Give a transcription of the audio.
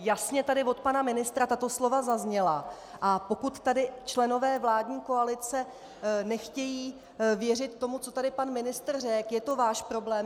Jasně tady od pana ministra tato slova zazněla, a pokud tady členové vládní koalice nechtějí věřit tomu, co tady pan ministr řekl, je to váš problém.